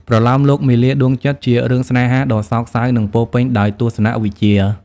ប្រលោមលោក មាលាដួងចិត្ត ជារឿងស្នេហាដ៏សោកសៅនិងពោរពេញដោយទស្សនវិជ្ជា។